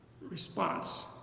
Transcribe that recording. response